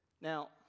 Now